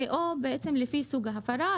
לפי סוג ההפרה,